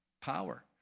power